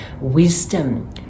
wisdom